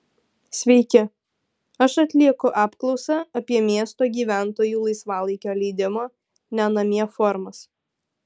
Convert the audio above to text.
sveiki aš atlieku apklausą apie miesto gyventojų laisvalaikio leidimo ne namie formas